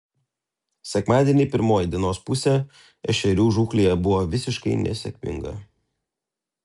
sekmadienį pirmoji dienos pusė ešerių žūklėje buvo visiškai nesėkminga